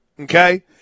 Okay